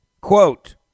Quote